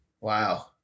Wow